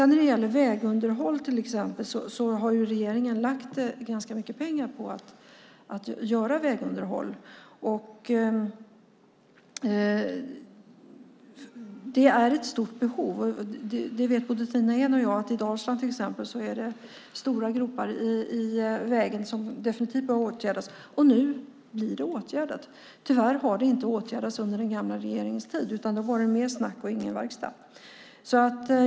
När det gäller till exempel vägunderhåll har regeringen lagt ganska mycket pengar där. Det finns ett stort behov. Både Tina Ehn och jag vet att det i Dalsland till exempel är stora gropar i vägen som definitivt behöver åtgärdas. Nu blir det åtgärdat. Tyvärr blev det inte åtgärdat under den gamla regeringens tid, utan det var mer snack och ingen verkstad.